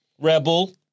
Rebel